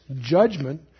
judgment